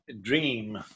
Dream